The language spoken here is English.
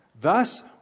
Thus